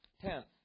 Tenth